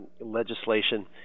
legislation